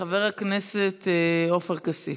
חבר הכנסת עופר כסיף.